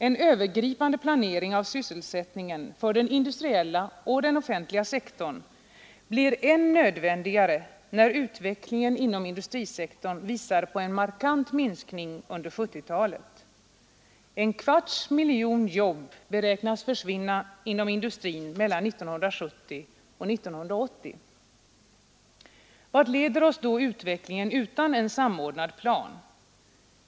En övergripande planering av sysselsättningen för den industriella och den offentliga sektorn blir än nödvändigare när utvecklingen inom industrisektorn visar på en markant minskning under 1970-talet. En kvarts miljon jobb beräknas försvinna inom industrin mellan 1970 och 1980. Vart leder oss då utvecklingen utan en samordnad plan?